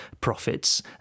profits